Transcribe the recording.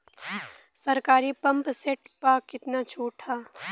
सरकारी pump set प कितना छूट हैं?